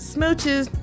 Smooches